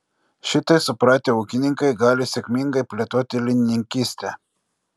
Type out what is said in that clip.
šitai supratę ūkininkai gali sėkmingai plėtoti linininkystę